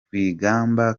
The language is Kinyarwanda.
rwigamba